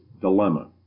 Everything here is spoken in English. dilemma